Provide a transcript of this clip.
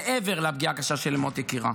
שהיא מעבר לפגיעה הקשה של מות יקירה.